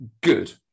good